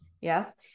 Yes